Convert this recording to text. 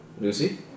Lucy